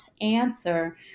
answer